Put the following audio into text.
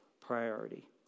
priority